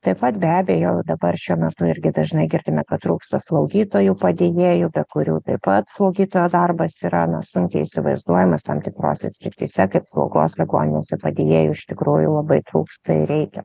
taip pat be abejo dabar šiuo metu irgi dažnai girdime kad trūksta slaugytojų padėjėjų be kurių taip pat slaugytojo darbas yra na sunkiai įsivaizduojamas tam tikrose srityse kaip slaugos ligoninėse padėjėjų iš tikrųjų labai trūksta ir reikia